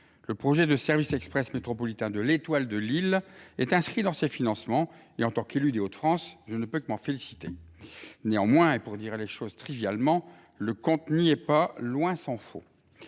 Le projet de service express métropolitain de l’étoile ferroviaire de Lille est inscrit dans ces financements. En tant qu’élu des Hauts de France, je ne peux que m’en féliciter. Néanmoins, pour dire les choses trivialement, le compte n’y est pas, tant s’en faut.